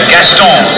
Gaston